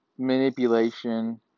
Manipulation